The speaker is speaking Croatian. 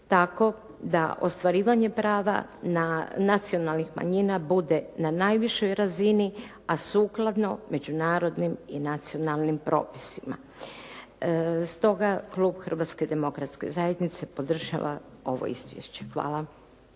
tako da ostvarivanje prava nacionalnih manjina bude na najvišoj razini a sukladno međunarodnim i nacionalnim propisima. Stoga Klub Hrvatske Demokratske Zajednice podržava ovo izvješće. Hvala.